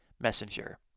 messenger